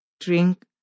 drink